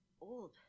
old